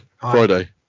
Friday